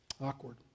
Awkward